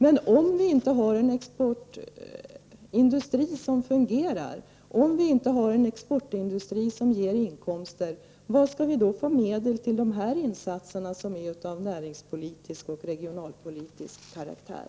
Men om vi inte har en exportindustri som fungerar och om vi inte har en exportindustri som ger inkomster, varifrån skall vi då få medel till dessa insatser som är av energipolitisk och regionalpolitisk karaktär?